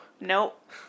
Nope